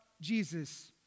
Jesus